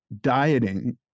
dieting